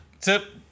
tip